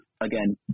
again